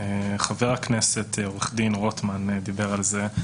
חבר הכנסת עורך דין רוטמן דיבר על זה.